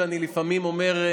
שעליהן אני אומר,